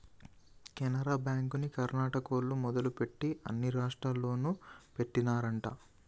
కెనరా బ్యాంకుని కర్ణాటకోల్లు మొదలుపెట్టి అన్ని రాష్టాల్లోనూ పెట్టినారంట